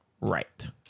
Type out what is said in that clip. Right